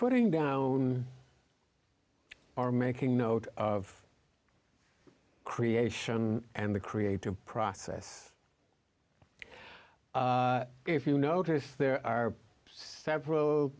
putting down or making note of creation and the creative process if you notice there are several